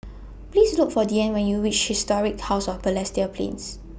Please Look For Deane when YOU REACH Historic House of Balestier Plains